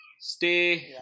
Stay